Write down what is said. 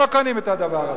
לא קונים את הדבר הזה.